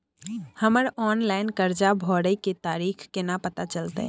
हमर ऑनलाइन कर्जा भरै के तारीख केना पता चलते?